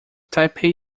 taipei